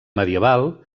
medieval